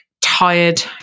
tired